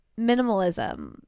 minimalism